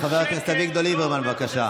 חבר הכנסת אביגדור ליברמן, בבקשה.